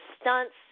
stunts